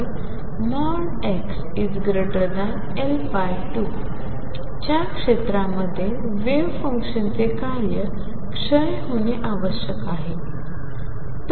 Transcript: तर xL2 च्या क्षेत्रांमध्ये वेव्ह फंक्शनचे कार्य क्षय होणे आवश्यक आहे